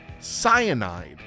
cyanide